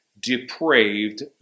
depraved